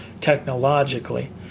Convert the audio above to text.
technologically